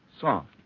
Soft